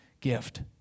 gift